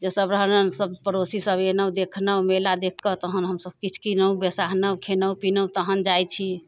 जे सभ रहलनि सभ पड़ोसी सभ एनहुँ देखनहुँ मेला देख कऽ तहन हमसभ किछु किनलहुँ बेसाहनौ खेनौ पिनौ तहन जाइ छी